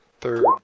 third